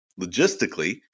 Logistically